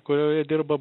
kurioje dirba